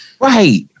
right